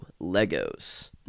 Legos